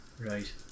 Right